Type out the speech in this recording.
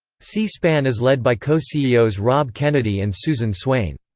c-span is led by co-ceos rob kennedy and susan swain.